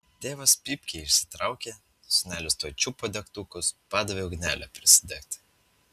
tėvas pypkę išsitraukė sūnelis tuoj čiupo degtukus padavė ugnelę prisidegti